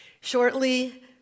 Shortly